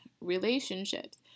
relationships